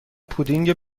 پودینگ